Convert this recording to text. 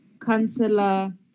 Councillor